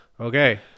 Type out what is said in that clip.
okay